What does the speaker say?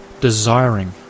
desiring